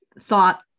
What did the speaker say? thought